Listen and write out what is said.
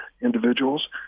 individuals